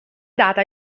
data